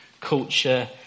culture